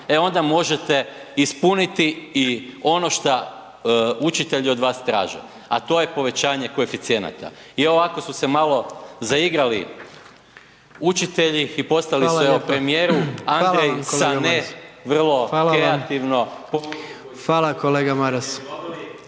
e onda možete ispuniti i ono šta učitelji od vas traže, a to je povećanje koeficijenata. I ovako su se malo zaigrali učitelji i poslali su premijeru Andrej sa ne vrlo kreativno … /Govornik